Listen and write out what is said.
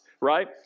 right